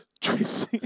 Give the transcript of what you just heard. Tracy